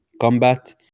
combat